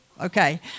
okay